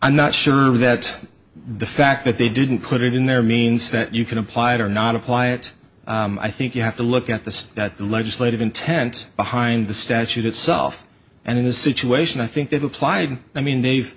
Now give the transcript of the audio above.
i'm not sure that the fact that they didn't put it in there means that you can apply it or not apply it i think you have to look at the legislative intent behind the statute itself and in the situation i think it applied i mean they've